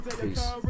Peace